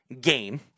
game